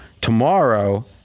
tomorrow